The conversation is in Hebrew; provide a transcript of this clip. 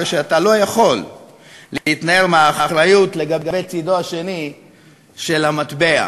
הרי שאתה לא יכול להתנער מהאחריות לגבי צדו השני של המטבע.